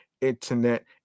internet